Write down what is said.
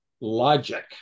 logic